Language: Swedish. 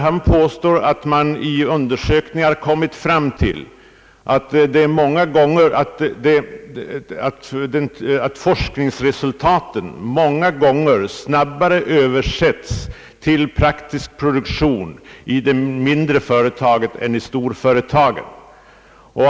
Han påstår där att undersökningar har visat att forskningsresultat många gånger kommer snabbare till praktisk tillämpning i det mindre företaget än i storföretaget.